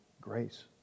grace